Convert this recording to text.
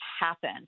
happen